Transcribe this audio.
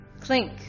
clink